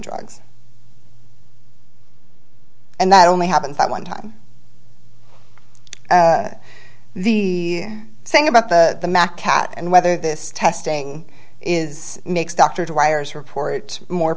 drugs and that only happens at one time the thing about the cat and whether this testing is makes dr to wires report more